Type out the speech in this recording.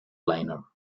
liner